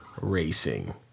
racing